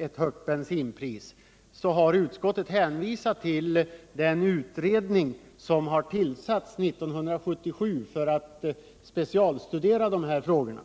ett högt bensinpris har utskottet hänvisat till den utredning som tillsattes 1977 för att specialstudera de frågorna.